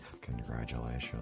Congratulations